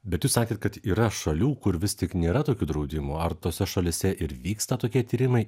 bet jūs sakėt kad yra šalių kur vis tik nėra tokių draudimų ar tose šalyse ir vyksta tokie tyrimai